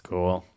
Cool